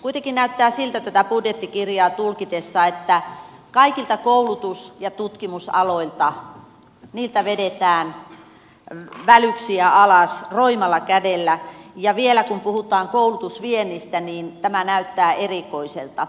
kuitenkin näyttää siltä tätä budjettikirjaa tulkitessa että kaikilta koulutus ja tutkimusaloilta vedetään välyksiä alas roimalla kädellä ja vielä kun puhutaan koulutusviennistä niin tämä näyttää erikoiselta